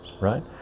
right